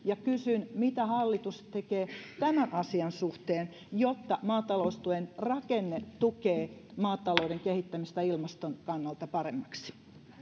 kysyn mitä hallitus tekee tämän asian suhteen jotta maataloustuen rakenne tukee maatalouden kehittämistä ilmaston kannalta paremmaksi